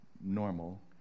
normal